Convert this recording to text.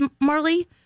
marley